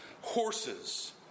horses